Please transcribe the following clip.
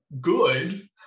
good